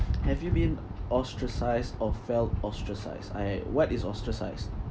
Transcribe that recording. have you been ostracised or felt ostracised I what is ostracised